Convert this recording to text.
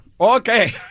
Okay